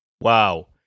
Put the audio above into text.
Wow